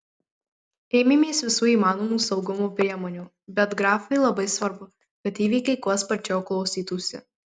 ėmėmės visų įmanomų saugumo priemonių bet grafui labai svarbu kad įvykiai kuo sparčiau klostytųsi